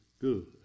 good